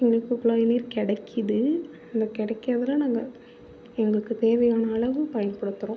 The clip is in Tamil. எங்களுக்கு இப்போ நீர் கிடைக்கிது அந்த கிடைக்கிறதுல நாங்கள் எங்களுக்கு தேவையான அளவு பயன் படுத்துறோம்